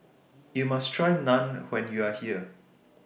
YOU must Try Naan when YOU Are here